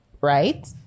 right